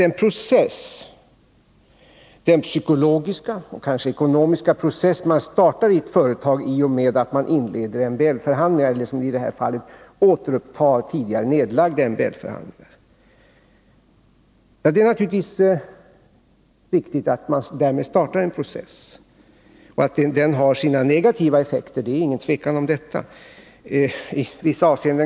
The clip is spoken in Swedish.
Det är mer den psykologiska och kanske ekonomiska process man startar i ett företag i och med att man inleder MBL-förhandlingar — eller, som i det här fallet, återupptager tidigare nedlagda MBL-förhandlingar — som han vill diskutera. Det är naturligtvis riktigt att man startar en process i och med att sådana här förhandlingar tas upp, och det är inget tvivel om att den har vissa negativa effekter.